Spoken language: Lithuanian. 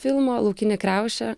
filmo laukinė kriaušė